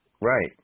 Right